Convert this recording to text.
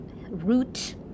root